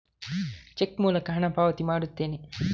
check ಮೂಲಕ ಹಣ ಪಾವತಿ ಮಾಡುತ್ತೇನೆ